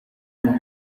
mois